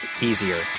Easier